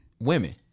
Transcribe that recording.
women